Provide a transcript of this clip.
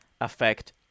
affect